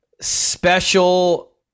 special